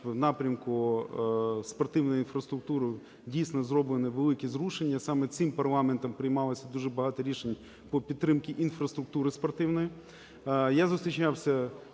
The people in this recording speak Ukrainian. напрямку спортивної інфраструктури дійсно зроблені великі зрушення. Саме цим парламентом приймалося дуже багато рішень по підтримці інфраструктури спортивної.